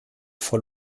voll